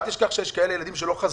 אל תשכח שיש ילדים שלא חזרו.